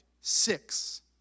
six